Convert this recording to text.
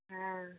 हँ